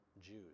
jews